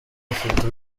ufite